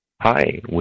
hi